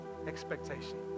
expectation